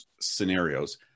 scenarios